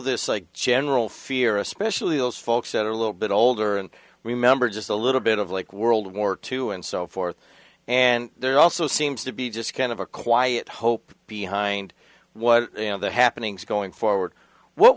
this like general fear especially those folks that are a little bit older and remember just a little bit of like world war two and so forth and there also seems to be just kind of a quiet hope behind what the happenings going forward what